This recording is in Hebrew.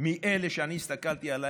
מאלה שאני הסתכלתי עליהם,